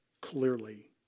clearly